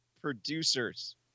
producers